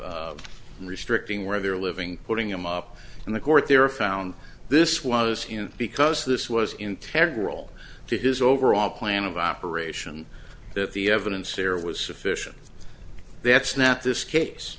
in restricting where they're living putting him up in the court they were found this was you know because this was in terrible role to his overall plan of operation that the evidence there was sufficient that's not this case